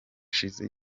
shizzo